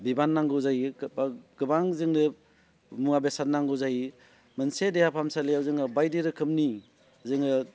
बिबान नांगौ जायो बा गोबां जोंनो मुवा बेसाद नांगौ जायो मोनसे देहा फाहामसालियाव जोङो बायदि रोखोमनि जोङो